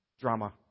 drama